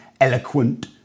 eloquent